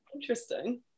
Interesting